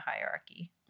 hierarchy